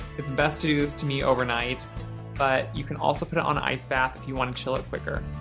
it's best to do this, to me, overnight but you can also put it on an ice bath if you wanna chill it quicker.